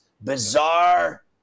bizarre